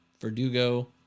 Verdugo